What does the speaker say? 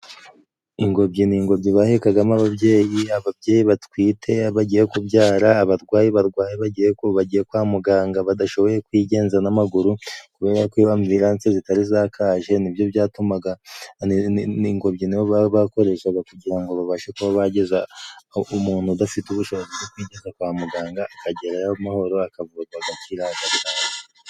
Ingobyi ni ingobyi bahekagamo ababyeyi, ababyeyi batwite bagiye kubyara. Abarwayi barwaye bagiye bagiye kwa muganga badashoboye kwigenza n'amaguru. Kubera ko ambiranse zitari zakaje, ni byo byatumaga ingobyi, ni yo bakoreshaga kugira ngo babashe kubagezaho umuntu udafite ubushobozi bwo kwigenza kwa muganga, akagerayo amahoro akavurwa agakira, agataha.